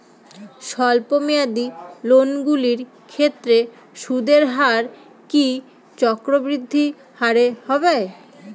স্বল্প মেয়াদী লোনগুলির ক্ষেত্রে সুদের হার কি চক্রবৃদ্ধি হারে হবে?